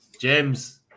James